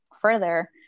further